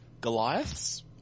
goliaths